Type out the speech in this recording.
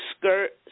skirt